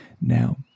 Now